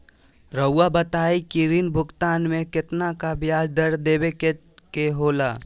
रहुआ बताइं कि ऋण भुगतान में कितना का ब्याज दर देवें के होला?